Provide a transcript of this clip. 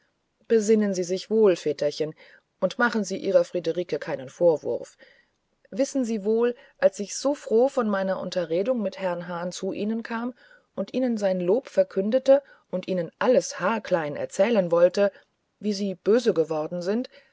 besinnen sie sich wohl väterchen und machen sie ihrer friederike keine vorwürfe wissen sie wohl als ich so froh von meiner unterhaltung mit herrn hahn zu ihnen kam und ihnen sein lob verkündigte und ihnen alles haarklein erzählen wollte wie böse sie geworden sind